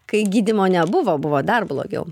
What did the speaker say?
kai gydymo nebuvo buvo dar blogiau